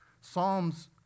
Psalms